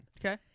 Okay